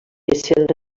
essent